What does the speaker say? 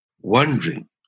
wondering